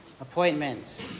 appointments